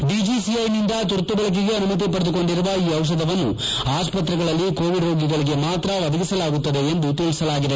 ಡಿಜಿಸಿಐನಿಂದ ತುರ್ತು ಬಳಕೆಗೆ ಅನುಮತಿ ಪಡೆದುಕೊಂಡಿರುವ ಈ ಡಿಪಧವನ್ನು ಆಸ್ಪತ್ರೆಗಳಲ್ಲಿ ಕೋವಿಡ್ ರೋಗಿಗಳಿಗೆ ಮಾತ್ರ ಒದಗಿಸಲಾಗುತ್ತದೆ ಎಂದು ತಿಳಿಸಿದೆ